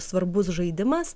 svarbus žaidimas